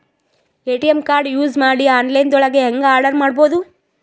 ATM card use ಮಾಡಿ online ದೊಳಗೆ ಹೆಂಗ್ ಆರ್ಡರ್ ಮಾಡುದು?